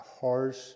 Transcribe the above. harsh